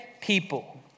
people